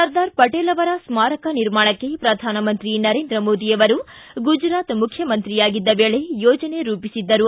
ಸರ್ದಾರ್ ಪಟೇಲ್ ಅವರ ಸ್ಮಾರಕ ನಿರ್ಮಾಣಕ್ಕೆ ಪ್ರಧಾನಮಂತ್ರಿ ನರೇಂದ್ರ ಮೋದಿ ಅವರು ಗುಜರಾತ್ ಮುಖ್ಯಮಂತ್ರಿಯಾಗಿದ್ದ ವೇಳೆ ಯೋಜನೆ ರೂಪಿಸಿದ್ದರು